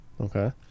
Okay